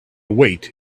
await